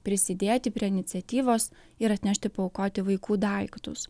prisidėti prie iniciatyvos ir atnešti paaukoti vaikų daiktus